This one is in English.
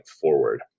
forward